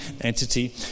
entity